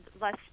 less